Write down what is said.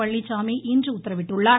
பழனிச்சாமி இன்று உத்தரவிட்டுள்ளார்